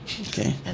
Okay